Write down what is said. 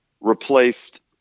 replaced